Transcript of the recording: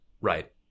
Right